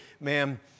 ma'am